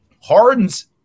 hardens